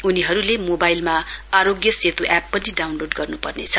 उनीहरुले मोवाइलमा आरोग्य सेतु ऐप पनि डाउलोड गर्नुपर्नेछ